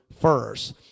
first